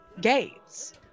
gates